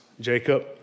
Jacob